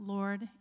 Lord